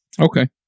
Okay